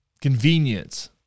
convenience